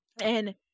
and-